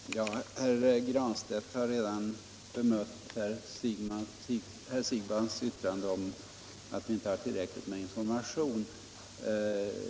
Herr talman! Herr Granstedt har redan bemött herr Siegbahns yttrande om att vi inte har tillräckligt med information.